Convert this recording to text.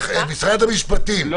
משרד המשפטים, אתם מכירים?